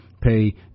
pay